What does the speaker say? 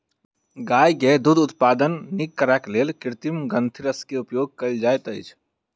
गाय के दूध उत्पादन नीक करैक लेल कृत्रिम ग्रंथिरस के उपयोग कयल जाइत अछि